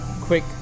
Quick